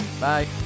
Bye